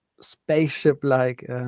spaceship-like